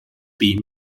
been